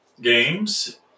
games